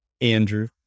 Andrew